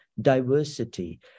diversity